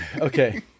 okay